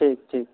ٹھیک ٹھیک